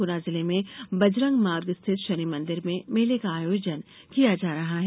गुना जिले में बजरंग मार्ग स्थित शनि मंदिर में मेले का आयोजन किया जा रहा है